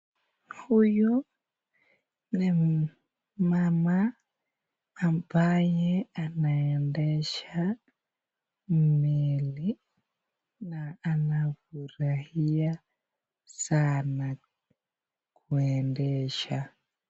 Huyu ni mama ambaye anaendesha meli na anafurahia sana kuendesha.